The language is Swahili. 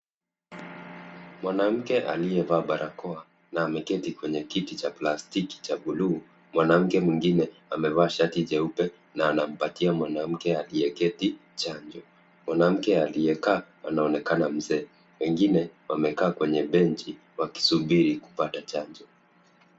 Mwanamke aliyevaa barakoa na ameketi kwenye kiti cha plastiki cha buluu. Mwanamke mwingine amevaa shati jeupe na anampatia mwanamke aliyeketi chanjo . Mwanamke aliyekaa anaonekana mzee. Wengine wamekaa kwenye benchi wakisubiri chanjo.